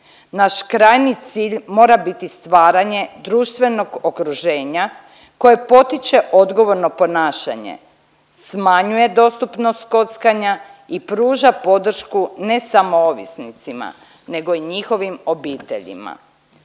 Naš krajnji cilj mora biti stvaranje društvenog okruženja koje potiče odgovorno ponašanje, smanjuje dostupnost kockanja i pruža podršku ne samo ovisnicima nego i njihovim obiteljima.